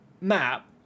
map